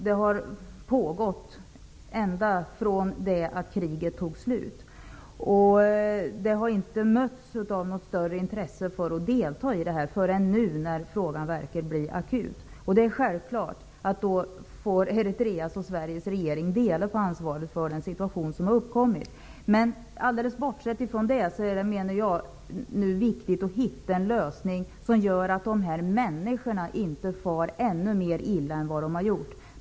Detta har pågått ända sedan kriget tog slut. Det har inte funnits något större intresse av att delta förrän nu, när frågan verkligen har blivit akut. Det är då självklart att Eritreas och Sveriges regeringar får dela på ansvaret för den situation som har uppkommit. Bortsett från detta är det nu viktigt att hitta en lösning som gör att de här människorna inte far ännu mer illa än vad de har gjort.